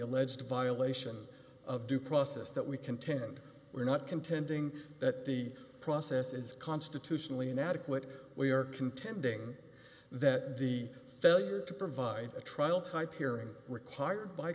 alleged violation of due process that we contend we're not contending that the process is constitutionally inadequate we are contending that the failure to provide a trial type hearing required by